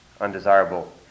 undesirable